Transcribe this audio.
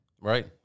Right